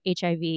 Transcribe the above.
HIV